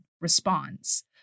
responds